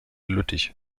lüttich